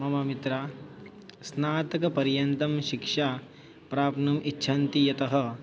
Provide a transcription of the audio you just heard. मम मित्रा स्नातकपर्यन्तं शिक्षा प्राप्नुम् इच्छन्ति यतः